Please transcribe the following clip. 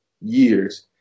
years